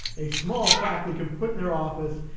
a small plaque they can put in their office.